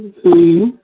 हूं